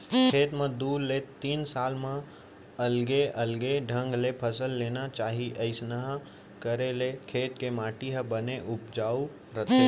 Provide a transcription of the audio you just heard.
खेत म दू ले तीन साल म अलगे अलगे ढंग ले फसल लेना चाही अइसना करे ले खेत के माटी ह बने उपजाउ रथे